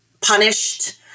punished